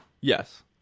yes